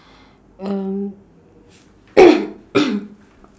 um